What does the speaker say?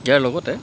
ইয়াৰ লগতে